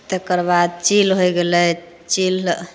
तेकरबाद चील होइ गेलै चील